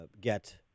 get